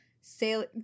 say